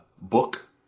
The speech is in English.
book